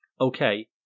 okay